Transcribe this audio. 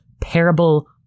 Parable